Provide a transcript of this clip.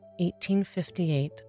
1858